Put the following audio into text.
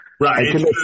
Right